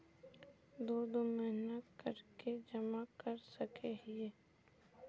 दो दो महीना कर के जमा कर सके हिये?